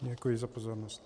Děkuji za pozornost.